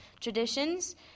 traditions